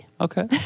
Okay